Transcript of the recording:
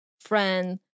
friend